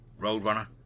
Roadrunner